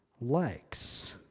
likes